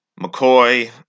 McCoy